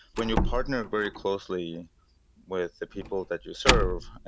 when you partner very closely with the people that you serve,